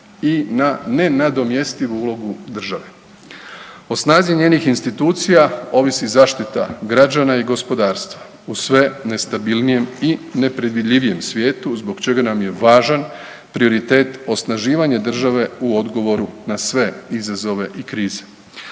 i na nenadomjestivu ulogu države. O snazi njenih institucija ovisi zaštita građana i gospodarstva u sve nestabilnijem i nepredviljivijem svijetu zbog čega nam je važan prioritet osnaživanja države u odgovoru na sve izazove i krize.